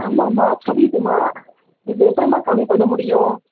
ஆமாம்மா புரியுதும்மா இதில் எப்படிம்மா கம்மி பண்ண முடியும்